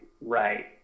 right